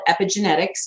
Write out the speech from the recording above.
epigenetics